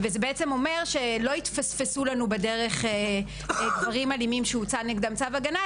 זה בעצם אומר שלא יתפספסו לנו בדרך גברים אלימים שהוצא נגדם צו הגנה,